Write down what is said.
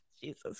Jesus